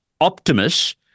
Optimus